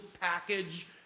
package